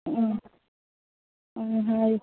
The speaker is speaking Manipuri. ꯎꯝ ꯇꯥꯏ ꯍꯥꯏꯌꯨ